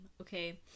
Okay